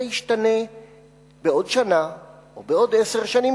זה ישתנה בעוד שנה או בעוד עשר שנים,